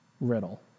riddle